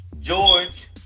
George